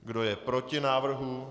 Kdo je proti návrhu?